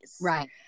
Right